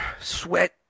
sweat